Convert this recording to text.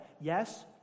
yes